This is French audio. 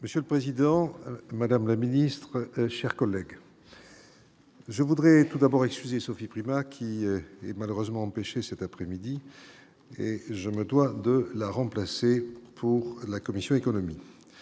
Monsieur le président, madame la ministre, chers collègues, je voudrais tout d'abord excusez Sophie Primas, qui est malheureusement empêché cet après-midi et je me dois de la remplacer pour la commission économique,